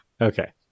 Okay